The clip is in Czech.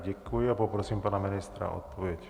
Děkuji a poprosím pana ministra o odpověď.